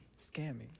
Scamming